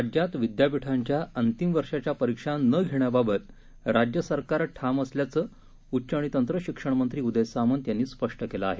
राज्यात विद्यापीठांच्या अंतिम वर्षाच्या परीक्षा न घेण्याबाबत राज्य सरकार ठाम असल्याचं उच्च आणि तंत्रशिक्षण मंत्री उदय सामंत यांनी स्पष्ट केलं आहे